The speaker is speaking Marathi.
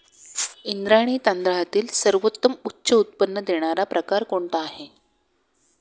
इंद्रायणी तांदळातील सर्वोत्तम उच्च उत्पन्न देणारा प्रकार कोणता आहे?